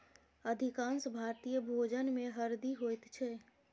अधिकांश भारतीय भोजनमे हरदि होइत छै